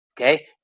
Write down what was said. Okay